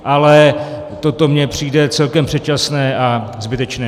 Ale toto mně přijde celkem předčasné a zbytečné.